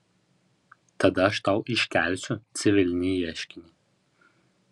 tada aš tau iškelsiu civilinį ieškinį